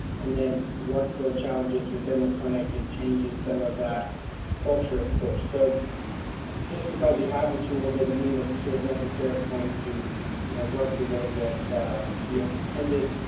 and then workflow challenges within the clinic, and changing some of that culture, of course, so just because you have the tool, doesn't mean that the tool is necessarily going to you know work the way that you had intended.